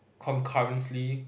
concurrently